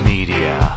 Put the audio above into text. Media